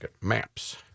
Maps